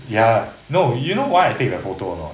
ya no you know why I take that photo or not